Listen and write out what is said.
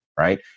Right